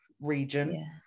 region